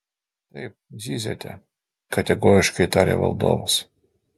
taip zyziate kategoriškai tarė valdovas